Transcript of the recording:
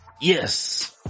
Yes